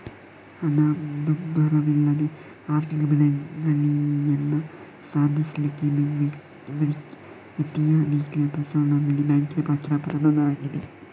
ಹಣದುಬ್ಬರವಿಲ್ಲದೆ ಆರ್ಥಿಕ ಬೆಳವಣಿಗೆಯನ್ನ ಸಾಧಿಸ್ಲಿಕ್ಕೆ ವಿತ್ತೀಯ ನೀತಿಯ ಪ್ರಸರಣದಲ್ಲಿ ಬ್ಯಾಂಕಿನ ಪಾತ್ರ ಪ್ರಧಾನ ಆಗಿದೆ